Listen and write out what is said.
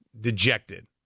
dejected